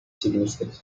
significantly